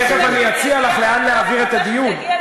תכף אני אציע לך לאן להעביר את הדיון.